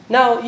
Now